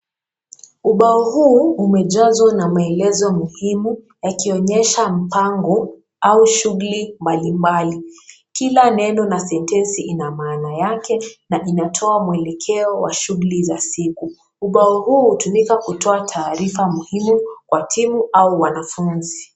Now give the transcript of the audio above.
Ubao huu umejazwa na maelezo muhimu yakionyesha mpango au shughuli mbali mbali. Kila neno na sentesi inamaana yake na inatoa mwelekeo wa shughuli za siku. Ubao huu hutumika kutoa taarifa muhimu kwa timu au wanafunzi.